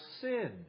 sin